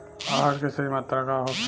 आहार के सही मात्रा का होखे?